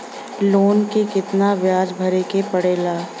Loan के कितना ब्याज भरे के पड़े ला?